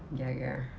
ya ya